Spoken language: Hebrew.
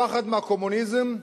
הפחד מהקומוניזם,